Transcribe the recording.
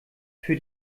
für